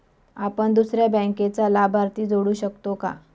आपण दुसऱ्या बँकेचा लाभार्थी जोडू शकतो का?